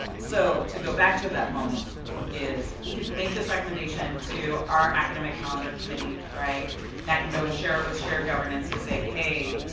so to go back to that moment is, we can make this recommendation to our academic calendar committee, right and that shared shared governance to say hey,